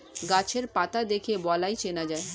গাছের পাতা দেখে বালাই চেনা যায়